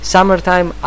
Summertime